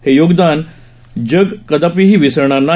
हे योगदान जग कदापीही विसरणार नाही